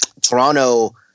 Toronto